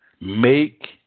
Make